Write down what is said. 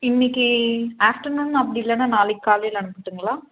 இன்னிக்கு afternoon அப்படி இல்லைனா நாளைக்கு காலையில் அனுப்பட்டுங்களா